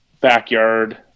backyard